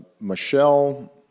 Michelle